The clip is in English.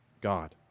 God